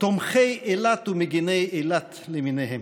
תומכי אילת ומגיני אילת למיניהם.